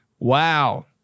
Wow